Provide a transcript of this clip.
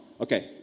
okay